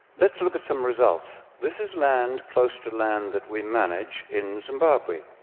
let's look at some results. this is land close to land that we manage in zimbabwe.